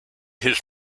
his